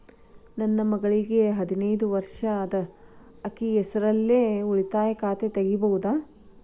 ನನ್ನ ಮಗಳಿಗೆ ಹದಿನೈದು ವರ್ಷ ಅದ ಅಕ್ಕಿ ಹೆಸರಲ್ಲೇ ಉಳಿತಾಯ ಖಾತೆ ತೆಗೆಯಬಹುದಾ?